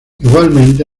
igualmente